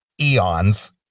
eons